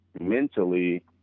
mentally